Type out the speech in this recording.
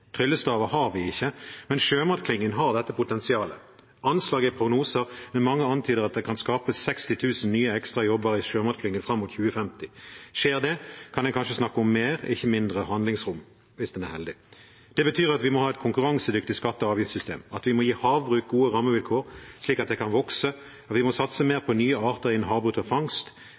Tryllestaver har vi ikke, men sjømatklyngene har dette potensialet. Anslag er prognoser, men mange antyder at det kan skapes 60 000 nye, ekstra jobber i sjømatklynger fram mot 2050. Skjer det, kan en kanskje snakke om mer, ikke mindre handlingsrom – hvis en er heldig. Det betyr at vi må ha et konkurransedyktig skatte- og avgiftssystem, at vi må gi havbruk gode rammevilkår, slik at det kan vokse. Vi må satse mer på nye arter innen havbruk og fangst.